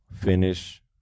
finish